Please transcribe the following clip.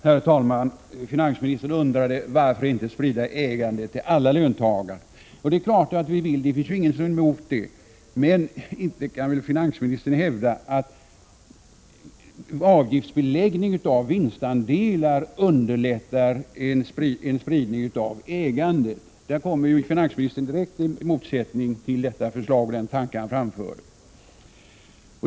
Herr talman! Finansministern undrade: Varför inte sprida ägandet till alla löntagare? Och det är klart att vi vill göra det —- ingen är ju emot det. Men inte kan väl finansministern hävda att avgiftsbeläggning av vinstandelar underlättar en spridning av ägandet? Då kommer ju finansministern i direkt motsättning till det föreliggande förslaget och den tanke han framförde.